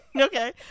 Okay